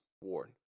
warn